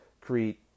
create